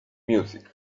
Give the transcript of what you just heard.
music